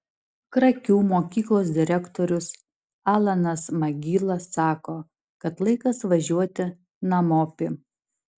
krakių mokyklos direktorius alanas magyla sako kad laikas važiuot namopi